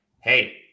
hey